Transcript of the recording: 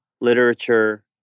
literature